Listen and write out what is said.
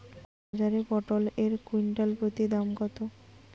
বাজারে পটল এর কুইন্টাল প্রতি দাম কত?